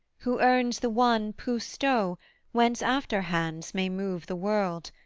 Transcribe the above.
who earns the one pou sto whence after-hands may move the world,